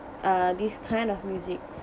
uh this kind of music